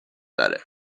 داره